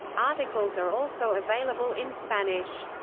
articles are also available in spanish.